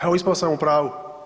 Evo, ispao sam u pravu.